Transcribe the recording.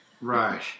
Right